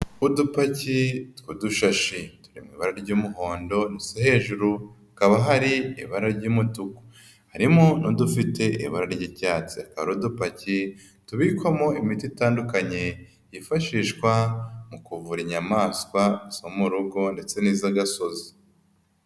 Udupaki tw'udushashituri mu ibara ry'umuhondo hejuru hakaba hari ibara ry'umutuku, harimo n'udufite ibara ry'icyatsi, akaba ari udupakiye tubikwamo imiti itandukanye yifashishwa mu kuvura inyamaswa zo mu rugo ndetse n'iz'agasozi.